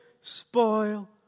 spoil